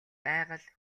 байгаль